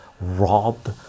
robbed